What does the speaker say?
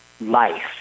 life